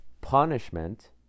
Punishment